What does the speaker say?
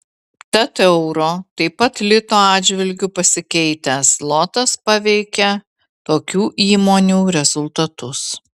tad euro taip pat lito atžvilgiu pasikeitęs zlotas paveikia tokių įmonių rezultatus